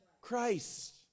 Christ